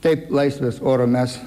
taip laisvės oro mes